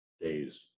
days